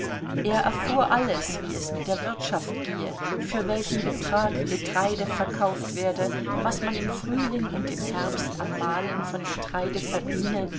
er erfuhr alles wie es mit der wirtschaft gehe für welchen betrag getreide verkauft werde was man im frühling und im herbst am mahlen von getreide verdiene